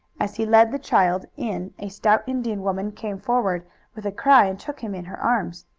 as he led the child in a stout indian woman came forward with a cry and took him in her arms.